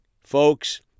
Folks